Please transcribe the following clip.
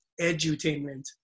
edutainment